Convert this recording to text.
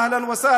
(אומר בערבית: